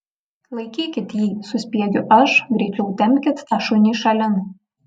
laikykit jį suspiegiu aš greičiau tempkit tą šunį šalin